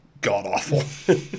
god-awful